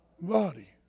body